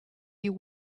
you